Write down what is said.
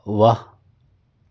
वाह